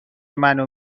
منو